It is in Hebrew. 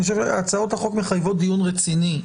הצעות החוק מחייבות דיון רציני.